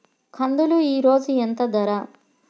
కందులు ఈరోజు ఎంత ధర?